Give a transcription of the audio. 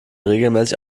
regelmäßig